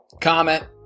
comment